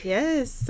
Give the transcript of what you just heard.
Yes